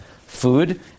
food